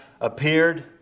appeared